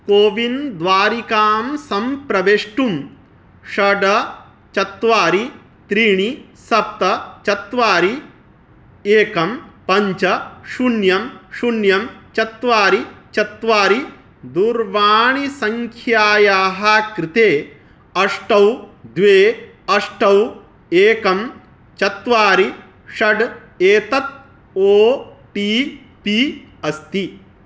CoWIN द्वारिकां सम्प्रवेष्टुं षड् चत्वारि त्रीणि सप्त चत्वारि एकं पञ्च शून्यं शून्यं चत्वारि चत्वारि दूरवाणीसङ्ख्यायाः कृते अष्ट द्वे अष्ट एकं चत्वारि षड् एतत् ओ टि पि अस्ति